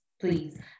please